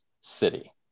city